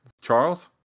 charles